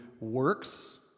works